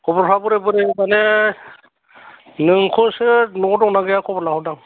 खबरफ्रा बोरै बोरै माने नोंखौसो न'आव दंना गैया खबर लाहरदां